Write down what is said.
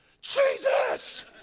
Jesus